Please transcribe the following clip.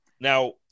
Now